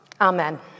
Amen